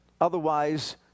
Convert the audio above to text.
Otherwise